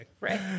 right